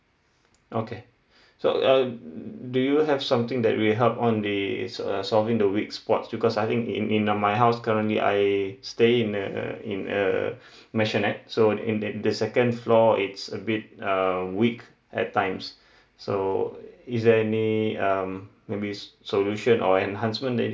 okay so uh do you have something that will help on the uh solving the weak spots because I think in in uh my house currently I stay in a a in a maisonette so in in the second floor it's a bit err weak at times so is there any um maybe solution or enhancement that